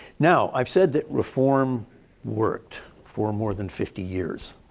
now i have said that reform worked for more than fifty years.